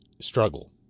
struggle